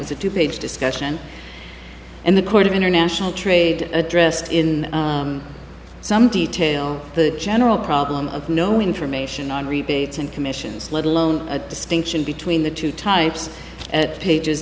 was a two page discussion and the court of international trade addressed in some detail the general problem of no information on rebates and commissions let alone a distinction between the two types at pages